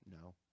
No